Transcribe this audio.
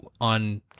on